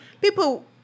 people